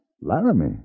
Laramie